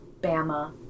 Bama